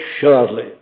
surely